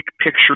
picture